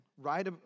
right